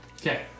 Okay